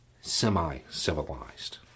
semi-civilized